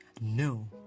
No